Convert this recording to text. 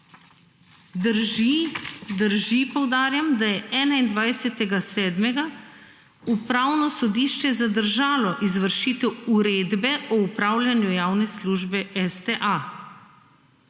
UKOM. Drži, poudarjam, je 21. julija, Upravno sodišče zadržalo izvršitev uredbe o upravljanju javne službe STA.